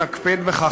ממש חשוב מאוד.